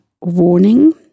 warning